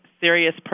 serious